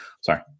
Sorry